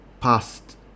past